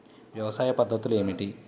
వ్యవసాయ పద్ధతులు ఏమిటి?